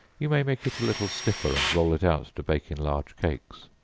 you may make it a little stiffer, and roll it out to bake in large cakes.